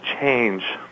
change